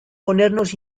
ponernos